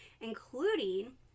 including